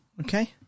Okay